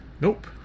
Nope